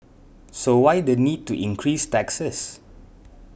so why the need to increase taxes